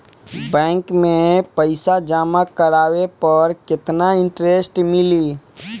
Bank में पईसा जमा करवाये पर केतना इन्टरेस्ट मिली?